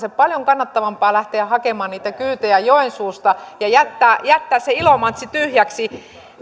paljon kannattavampaa lähteä hakemaan niitä kyytejä joensuusta ja jättää jättää se ilomantsi tyhjäksi